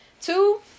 two